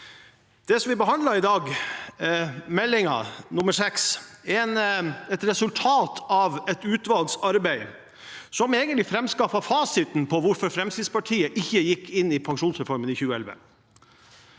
for 2023–2024, er et resultat av et utvalgsarbeid som egent lig framskaffet fasiten på hvorfor Fremskrittspartiet ikke gikk inn i pensjonsreformen i 2011.